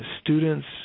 students